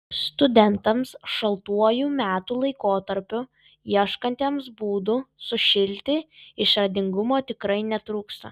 studentams šaltuoju metų laikotarpiu ieškantiems būdų sušilti išradingumo tikrai netrūksta